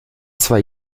zwar